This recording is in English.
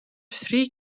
three